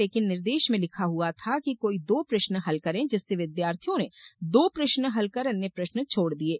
लेकिन निर्देश में लिखा हआ था कि कोई दो प्रश्न हल करें जिससे विद्यार्थियों ने दो प्रश्न हल कर अन्य प्रश्न छोड दिये